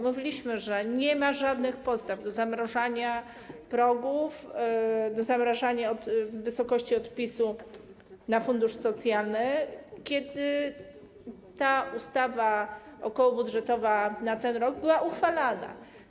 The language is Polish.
Mówiliśmy, że nie ma żadnych podstaw do zamrażania progów, do zamrażania wysokości odpisu na fundusz socjalny, kiedy ta ustawa okołobudżetowa na ten rok była uchwalana.